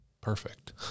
perfect